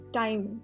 time